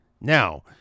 Now